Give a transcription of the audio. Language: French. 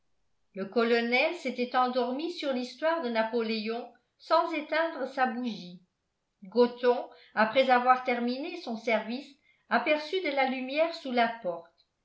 le colonel s'était endormi sur l'histoire de napoléon sans éteindre sa bougie gothon après avoir terminé son service aperçut de la lumière sous la porte